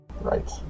Right